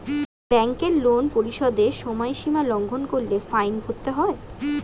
ব্যাংকের লোন পরিশোধের সময়সীমা লঙ্ঘন করলে ফাইন ভরতে হয়